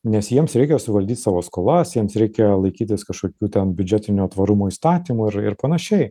nes jiems reikia suvaldyt savo skolas jiems reikia laikytis kažkokių ten biudžetinio tvarumo įstatymų ir ir panašiai